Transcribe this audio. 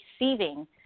receiving